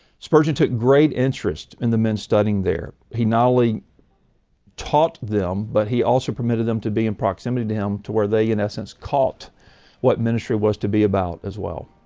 spurgeon took great interest in he men studying there. he not only taught them but he also permitted them to be in proximity to him to where they in essence caught what ministry was to be about as well.